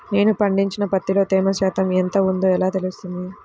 నేను పండించిన పత్తిలో తేమ శాతం ఎంత ఉందో ఎలా తెలుస్తుంది?